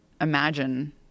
imagine